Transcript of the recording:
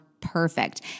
perfect